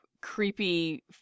creepy